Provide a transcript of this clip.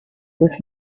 with